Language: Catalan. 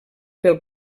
pel